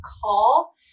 call